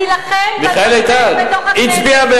אני אלחם בדברים האלה בתוך הכנסת.